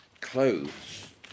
clothes